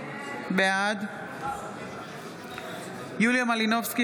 בעד יוליה מלינובסקי,